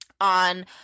on